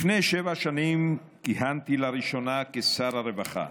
לפני שבע שנים כיהנתי לראשונה כשר הרווחה.